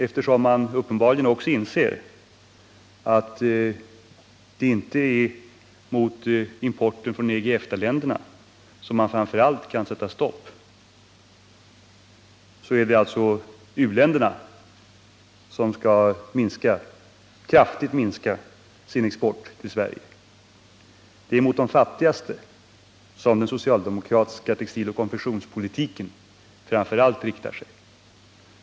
Eftersom man uppenbarligen också inser att man inte kan sätta stopp för importen från EG och EFTA-länderna är det alltså u-länderna som kraftigt skall minska sin export till Sverige. Det är mot de fattigaste som den socialdemokratiska textiloch konfektionspolitiken framför allt riktar sig.